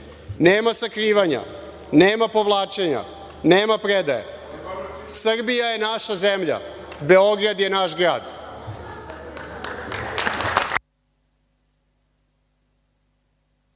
Nema sakrivanja, nema povlačenja, nema predaje. Srbija je naša zemlja, Beograd je naš grad.